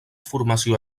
formació